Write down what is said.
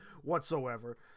whatsoever